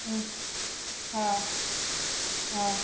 हम्म हा हा